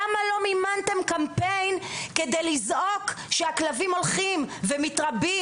למה לא מימנתם קמפיין כדי לזעוק שהכלבים הולכים ומתרבים?